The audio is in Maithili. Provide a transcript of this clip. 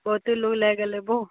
बहुते लू लागि गेल रहै बहु